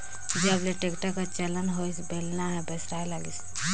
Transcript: जब ले टेक्टर कर चलन होइस बेलना हर बिसराय लगिस